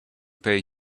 pay